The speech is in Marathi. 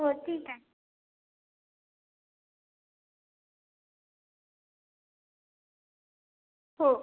हो ठीक आहे हो